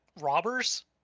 robbers